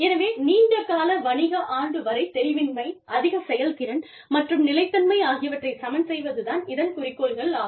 எனவே நீண்ட கால வணிக ஆண்டு வரை தெளிவின்மை அதிக செயல்திறன் மற்றும் நிலைத்தன்மை ஆகியவற்றைச் சமன்செய்வது தான் இதன் குறிக்கோள்களாகும்